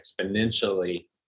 exponentially